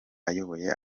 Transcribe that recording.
ayoboye